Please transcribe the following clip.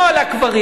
לא על הקברים.